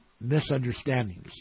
misunderstandings